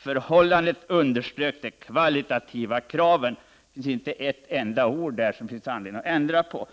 Förhållandet underströk det kvalitativa kraven.” Där finns inte ett enda ord som det finns anledning att ändra på.